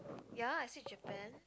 ya I said Japan